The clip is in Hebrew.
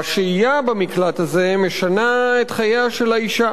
והשהייה במקלט הזה משנה את חייה של האשה.